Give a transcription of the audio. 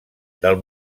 del